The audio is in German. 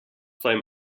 seinem